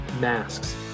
masks